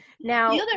now